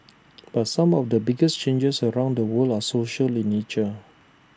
but some of the biggest changes around the world are social in nature